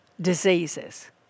diseases